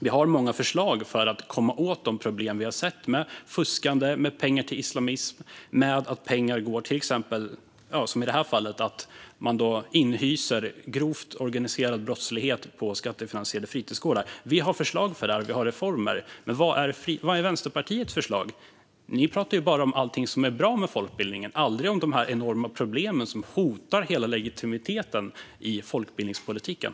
Vi har många förslag för att komma åt de problem vi har sett med fuskande, pengar till islamism och att pengar som i det här fallet går till att man inhyser grovt organiserad brottslighet på skattefinansierade fritidsgårdar. Vi har förslag för det, och vi har reformer. Vad är Vänsterpartiets förslag? Ni talar bara om allting som är bra med folkbildningen och aldrig om de enorma problem som hotar hela legitimiteten i folkbildningspolitiken.